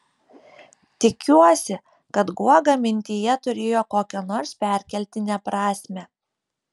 tikiuosi kad guoga mintyje turėjo kokią nors perkeltinę prasmę